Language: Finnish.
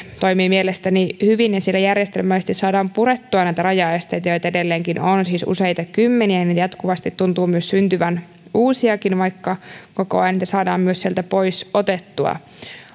toimii mielestäni hyvin ja siellä järjestelmällisesti saadaan purettua näitä rajaesteitä joita edelleenkin on siis useita kymmeniä ja jatkuvasti tuntuu myös syntyvän uusiakin vaikka koko ajan niitä saadaan myös sieltä pois otettua